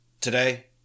Today